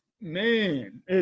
Man